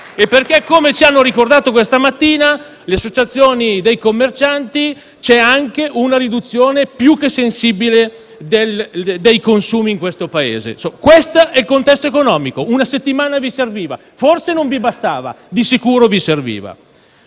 Inoltre, come ci hanno ricordato questa mattina le associazioni dei commercianti, c'è anche una riduzione più che sensibile dei consumi in questo Paese. Questo è il contesto economico. Una settimana vi serviva; forse non vi bastava, ma di sicuro vi serviva.